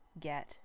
get